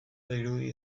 dirudi